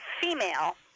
female